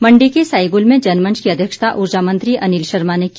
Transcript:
मंडी के साईगलु में जनमंच की अध्यक्षता ऊर्जा मंत्री अनिल शर्मा ने की